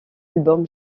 album